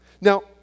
Now